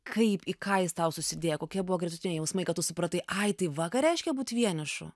kaip į ką jis tau susidėjo kokia buvo gretutinė jausmai ką tu supratai ai tai va ką reiškia būt vienišu